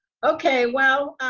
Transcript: okay, well,